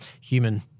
human